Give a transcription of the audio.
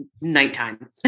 nighttime